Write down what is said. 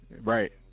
Right